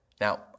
Now